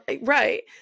right